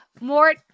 more